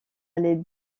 les